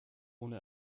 ohne